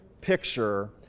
picture